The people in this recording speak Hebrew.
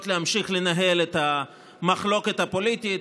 להמשיך לנהל את המחלוקת הפוליטית.